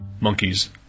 Monkeys